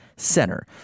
center